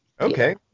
Okay